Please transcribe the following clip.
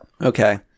Okay